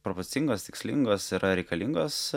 proporcingos tikslingos yra reikalingos